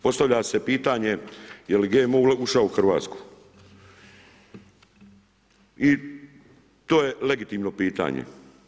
Postavlja se pitanje jeli GMO ušao u Hrvatsku i to je legitimno pitanje.